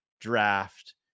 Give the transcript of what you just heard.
draft